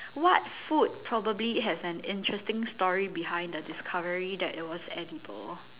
what food probably has an interesting story behind the discovery that it was edible